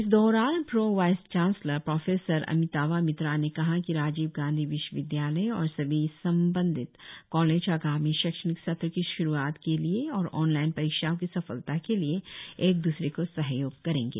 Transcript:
इस दौरान pro vice chancellor professor Amitava Mitra ने कहा की राजीव गांधी विश्वविद्यालय और सभी संबंद्ध कॉलेज आगामी शैक्षणिक सत्र की श्रुआत के लिए और ऑनलाइन परिक्षाओ की सफलता के लिए एक द्रसरे को सहयोग करेंगे